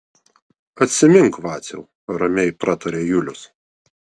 atsimink vaciau ramiai prataria julius